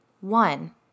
One